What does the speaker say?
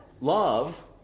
love